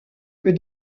que